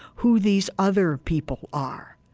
who these other people are.